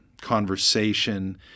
conversation